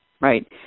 right